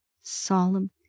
solemn